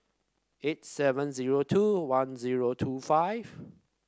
eight seven zero two one zero two five